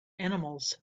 animals